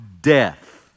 death